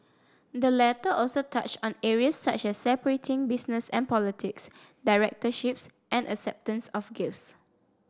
the letter also touched on areas such as separating business and politics directorships and acceptance of gifts